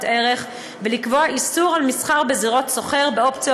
ערך ולקבוע איסור מסחר בזירות סוחר באופציות